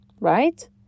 right